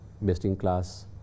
best-in-class